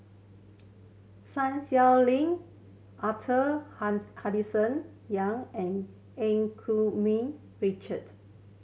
Sun Xueling Arthur Henderson Young and Eu Keng Richard